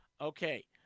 Okay